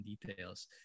details